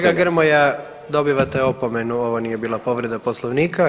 Kolega Grmoja dobivate opomenu ovo nije bila povreda Poslovnika.